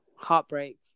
heartbreak